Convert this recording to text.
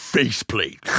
faceplate